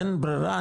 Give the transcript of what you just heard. אין ברירה,